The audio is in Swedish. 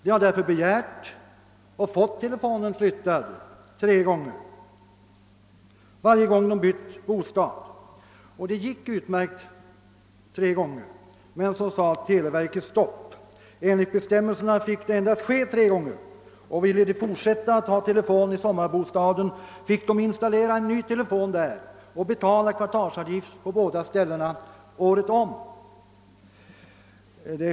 De har därför begärt och fått telefonen flyttad varje gång de bytt bostad. Det gick utmärkt tre gånger men sedan sade televerket stopp. Enligt bestämmelserna fick det endast ske tre gånger och ville de fortfarande ha telefon i sommarbostaden var de tvungna installera en ny telefon där och betala kvartalsavgift på båda ställena året om.